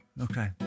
Okay